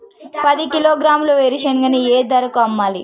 పది కిలోగ్రాముల వేరుశనగని ఏ ధరకు అమ్మాలి?